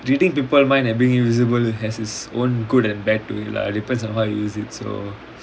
reading people mind and being invisible has it's own good and bad to it lah depends on how you use it so